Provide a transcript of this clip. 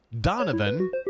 Donovan